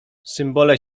symbole